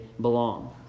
belong